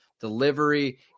delivery